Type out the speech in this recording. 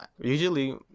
Usually